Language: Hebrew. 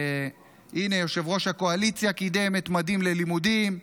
הינה, יושב-ראש הקואליציה קידם את ממדים ללימודים.